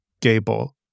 Gable